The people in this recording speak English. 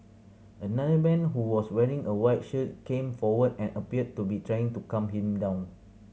another man who was wearing a white shirt came forward and appeared to be trying to calm him down